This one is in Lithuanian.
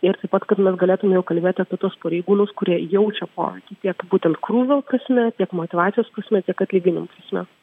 ir taip pat kad mes galėtume jau kalbėti apie tuos pareigūnus kurie jaučia poveikį tiek būtent krūvio prasme tiek motyvacijos prasme tiek atlyginimų prasme